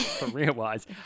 Career-wise